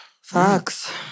Facts